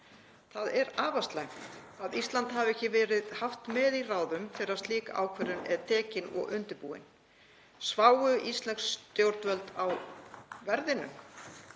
Það er afar slæmt að Ísland hafi ekki verið haft með í ráðum þegar slík ákvörðun var tekin og undirbúin. Sváfu íslensk stjórnvöld á verðinum?